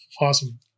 awesome